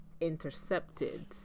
intercepted